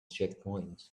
checkpoints